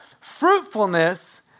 Fruitfulness